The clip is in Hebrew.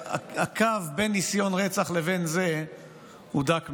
הקו בין ניסיון רצח לבין זה הוא דק מאוד.